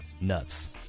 Nuts